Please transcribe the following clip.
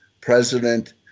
President